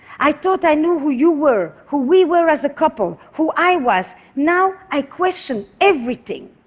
i thought i knew who you were, who we were as a couple, who i was. now, i question everything.